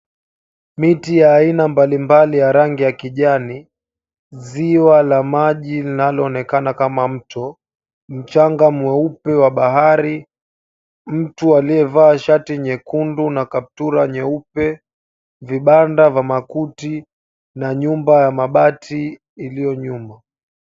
Miti ya aina mbalimbali ya rangi ya kijani, ziwa la maji linaloonekana kama mto. Mchanga mweupe wa bahari, mtu aliyevaa shati nyekundu na kaptura nyeupe, vibanda vya makuti na nyumba ya mabati iliyojuu.